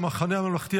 המחנה הממלכתי,